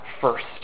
first